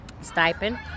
stipend